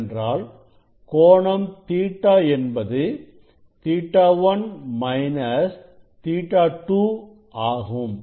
ஏனென்றால் கோணம் Ɵ என்பது Ɵ 1 மைனஸ் Ɵ 2 ஆகும்